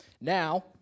Now